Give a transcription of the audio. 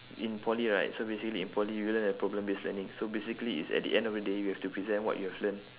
in poly right so basically in poly you would have problem based learning so basically is at the end of the day you have to present what you have learnt